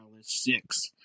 six